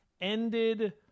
ended